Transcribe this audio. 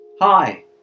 Hi